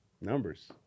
Numbers